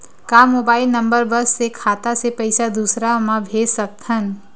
का mobile number बस से खाता से पईसा दूसरा मा भेज सकथन?